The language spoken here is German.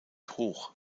hoch